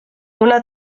una